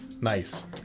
Nice